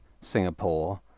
Singapore